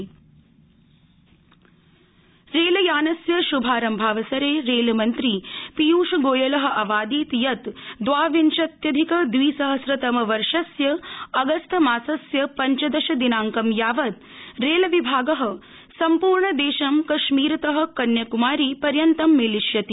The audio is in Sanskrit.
वंदे भारत पीय ्षगोयल रेलयानस्य श्भारंभावसरे रेलमंत्री पीयूषगोयल अवादीत् यत् द्वाविंशत्यधिकद्विसहस्रतमवर्षस्य अगस्तमासस्य पञ्चदश दिनांक यावत् रेलविभाग सम्पूर्णदेशं कश्मीरत कुन्याकुमारी पर्यन्त मेलिष्यति